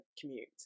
commute